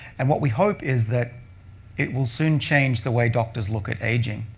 and what we hope is that it will soon change the way doctors look at aging.